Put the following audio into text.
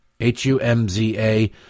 H-U-M-Z-A